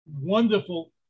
wonderful